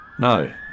No